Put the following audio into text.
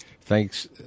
Thanks